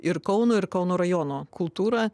ir kauno ir kauno rajono kultūrą